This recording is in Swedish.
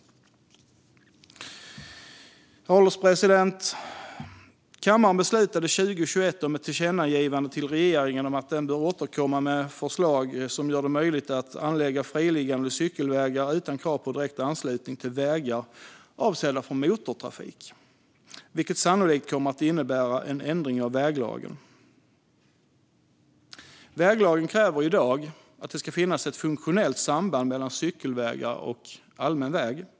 Herr ålderspresident! Kammaren beslutade 2021 om ett tillkännagivande till regeringen om att den bör återkomma med förslag som gör det möjligt att anlägga friliggande cykelvägar utan krav på direkt anslutning till vägar avsedda för motortrafik, vilket sannolikt kommer att innebära en ändring av väglagen. Väglagen kräver i dag att det ska finnas ett funktionellt samband mellan cykelvägar och allmän väg.